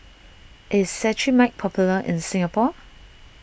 is Cetrimide popular in Singapore